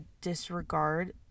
disregard